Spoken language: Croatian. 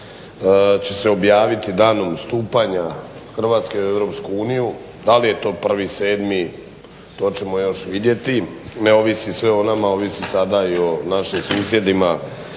će se objaviti danom stupanja Hrvatske u EU. Da li je to 1.7. to ćemo još vidjeti, ne ovisi sve o nama, ovisi sada i o našim susjedima